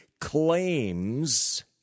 claims